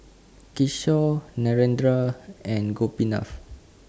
Kishore Narendra and Gopinath